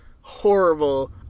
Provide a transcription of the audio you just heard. horrible